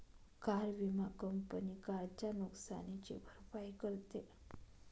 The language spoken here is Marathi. कार विमा कंपनी कारच्या नुकसानीची भरपाई करते